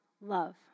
love